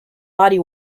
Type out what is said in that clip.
body